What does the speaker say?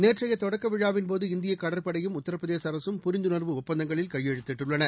நேற்றையதொடக்கவிழாவின் போது இந்தியகடற்படையும் உத்தரபிரதேசஅரசும் புரிந்துணர்வு ஒப்பந்தங்களில் கையேழுத்திட்டுள்ளன